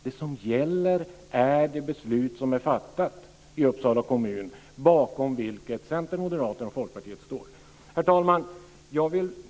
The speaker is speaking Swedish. Det som gäller är det beslut som är fattat i Uppsala kommun, bakom vilket Centern, Moderaterna och Folkpartiet står. Herr talman!